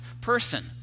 person